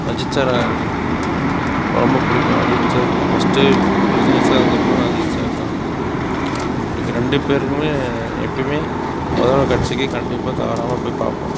அஜித் சாரை ரொம்ப பிடிக்கும் அஜித் சார் ஃபஸ்ட்டு ரஜினி சார்க்கு அப்புறம் அஜித் சார் தான் ரொம்ப பிடிக்கும் ரெண்டு பேருக்குமே எப்போயுமே முதல் நாள் காட்சிக்கு கண்டிப்பாக தவறாமல் போய் பார்ப்போம்